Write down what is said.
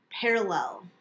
parallel